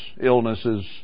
illnesses